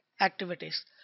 activities